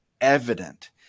evident